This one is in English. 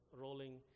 rolling